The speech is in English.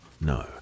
No